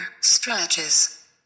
Stretches